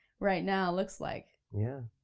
right now, looks like. yeah,